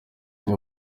iyo